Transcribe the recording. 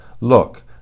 Look